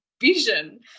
vision